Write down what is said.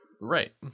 Right